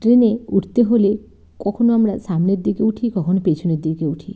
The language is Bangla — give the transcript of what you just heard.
ট্রেনে উঠতে হলে কখনো আমরা সামনের দিকে উঠি কখনো পেছনের দিকে উঠি